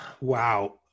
Wow